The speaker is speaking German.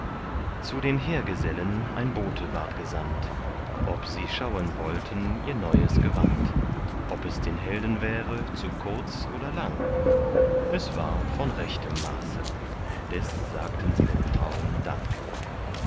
zu den heergesellen ein bote ward gesandt ob sie schauen wollten ihr neues gewand ob es den helden wäre zu kurz oder lang es war von rechtem maße des sagten sie den frauen dank